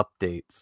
updates